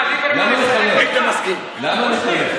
למה לחלל?